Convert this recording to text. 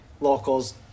local's